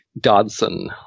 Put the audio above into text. Dodson